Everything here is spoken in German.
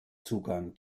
zugang